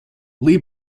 lee